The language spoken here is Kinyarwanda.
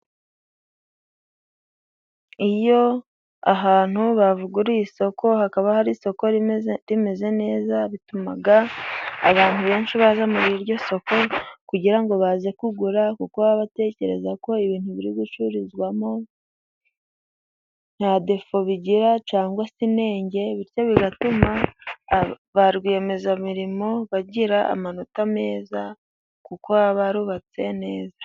Iyo ahantu bavuguruye isoko hakaba hari isoko rimeze neza, bituma abantu benshi baza muri iryo soko kugira ngo baze kugura, kuko batekereza ko ibintu biri gucururizwamo nta defo bigira cyangwa se inenge. Bityo bigatuma ba rwiyemezamirimo bagira amanota meza kuko baba barubatse neza.